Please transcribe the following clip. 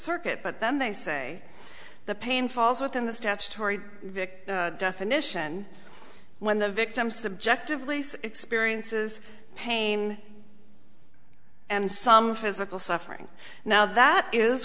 circuit but then they say the pain falls within the statutory definition when the victim subjectively says experiences pain and some physical suffering now that is